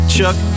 Chuck